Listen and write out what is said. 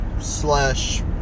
slash